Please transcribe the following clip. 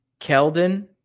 Keldon